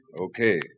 Okay